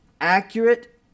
accurate